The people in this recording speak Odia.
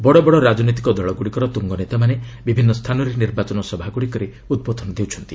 ବଡବଡ ରାଜନୈତିକ ଦଳଗ୍ରଡ଼ିକର ତ୍ରଙ୍ଗ ନେତାମାନେ ବିଭିନ୍ନ ସ୍ଥାନରେ ନିର୍ବାଚନ ସଭା ଗୁଡ଼ିକରେ ଉଦ୍ବୋଧନ ଦେଉଛନ୍ତି